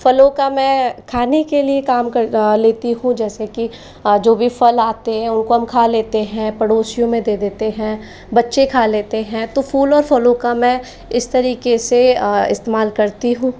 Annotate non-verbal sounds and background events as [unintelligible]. फलों का मैं खाने के लिए काम कर [unintelligible] लेती हूँ जैसे कि जो भी फल आते हैं उनको हम खा लेते हैं पड़ोसियों में दे देते हैं बच्चे खा लेते हैं तो फूल और फलों का मैं इस तरीके से इस्तेमाल करती हूँ